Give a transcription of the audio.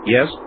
Yes